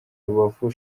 rubavu